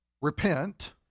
repent